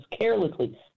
carelessly